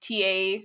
TA